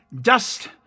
Dust